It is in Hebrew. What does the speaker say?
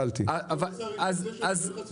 אראה לך סידור העבודה שלי.